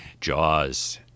Jaws